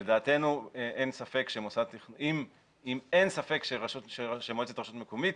לדעתנו, אם אין ספק שמועצת רשות מקומית